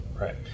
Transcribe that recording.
Right